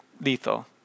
lethal